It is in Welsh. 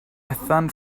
bethan